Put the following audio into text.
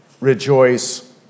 rejoice